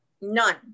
None